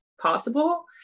possible